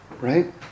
right